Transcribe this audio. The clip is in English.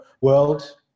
world